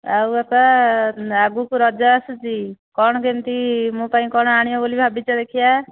ଆଉ ବାପା ଆଗକୁ ରଜ ଆସୁଛି କ'ଣ କେମିତି ମୋ ପାଇଁ କ'ଣ ଆଣିବ ବୋଲି ଭାବିଛ ଦେଖିବା